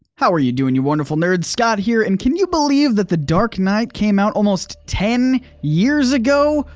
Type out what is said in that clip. how are you doing you wonderful nerds? scott here, and can you believe that the dark knight came out almost ten years ago?